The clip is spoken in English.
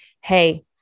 hey